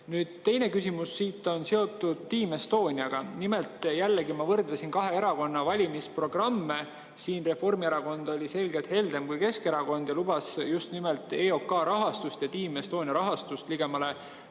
teine küsimus on seotud Team Estoniaga. Nimelt, ma jälle võrdlesin kahe erakonna valimisprogramme. Reformierakond oli selgelt heldem kui Keskerakond ja lubas just nimelt EOK rahastust ja Team Estonia rahastust ligemale 2